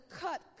cut